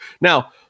Now